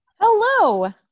Hello